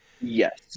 Yes